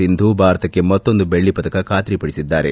ಸಿಂಧು ಭಾರತಕ್ಕೆ ಮತ್ತೊಂದು ಬೆಳ್ಳ ಪದಕ ಬಾತರಿಪಡಿಸಿದ್ದಾರೆ